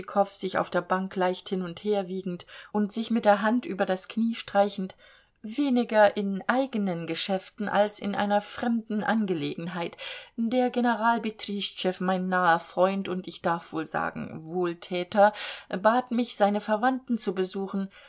tschitschikow sich auf der bank leicht hin und herwiegend und sich mit der hand über das knie streichend weniger in eigenen geschäften als in einer fremden angelegenheit der general betrischtschew mein naher freund und ich darf wohl sagen wohltäter bat mich seine verwandten zu besuchen